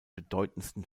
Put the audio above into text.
bedeutendsten